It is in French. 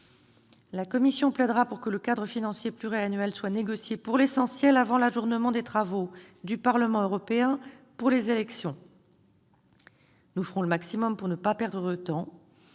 La Commission plaidera pour que l'essentiel du cadre financier pluriannuel soit négocié avant l'ajournement des travaux du Parlement européen en raison des élections. Nous ferons le maximum pour ne pas perdre de temps,